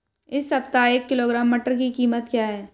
इस सप्ताह एक किलोग्राम मटर की कीमत क्या है?